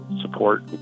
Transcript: support